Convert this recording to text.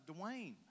Dwayne